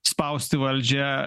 spausti valdžią